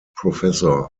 professor